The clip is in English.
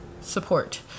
support